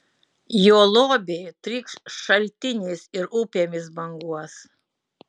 jo lobiai trykš šaltiniais ir upėmis banguos